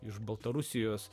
iš baltarusijos